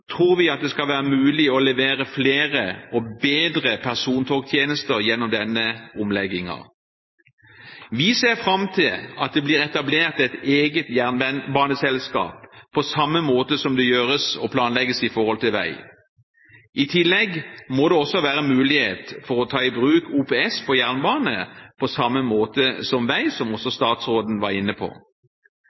tror vi at det skal være mulig å levere flere og bedre persontogtjenester gjennom denne omleggingen. Vi ser fram til at det blir etablert et eget jernbaneselskap på samme måte som det gjøres og planlegges med vei. I tillegg må det også være mulig å ta i bruk OPS for jernbane på samme måte som for vei, slik også statsråden var inne på.